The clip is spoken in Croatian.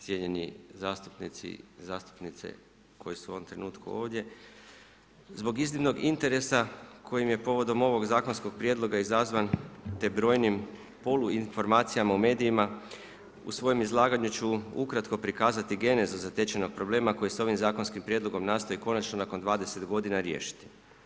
Cijenjeni zastupnici i zastupnice koji su u ovom trenutku ovdje, zbog iznimnog interesa koji je povodom ovog zakonskog prijedloga izazvan te brojnim polu informacijama u medijima, u svojem izlaganju ću ukratko prikazati genezu zatečenog problema koji se ovim zakonskim prijedlogom nastoji konačno nakon 20 godina riješiti.